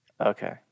Okay